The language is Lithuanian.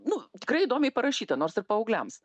nu tikrai įdomiai parašyta nors ir paaugliams